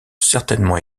certainement